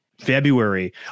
February